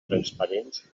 transparents